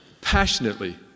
passionately